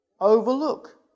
overlook